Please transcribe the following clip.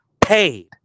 paid